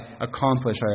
accomplish